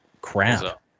crap